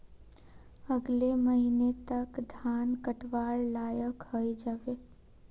अगले महीने तक धान कटवार लायक हई जा बे